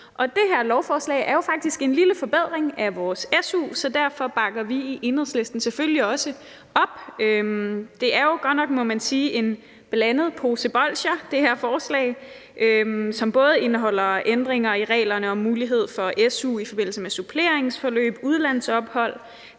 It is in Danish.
Det her lovforslag er jo faktisk en lille forbedring af vores su, så derfor bakker vi i Enhedslisten selvfølgelig også op. Det her forslag er jo godt nok, må man sige, en blandet pose bolsjer. Det indeholder både ændringer i reglerne om mulighed for su i forbindelse med suppleringsforløb, udlandsophold,